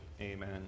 Amen